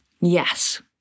yes